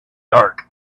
dark